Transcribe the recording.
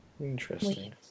Interesting